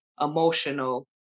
emotional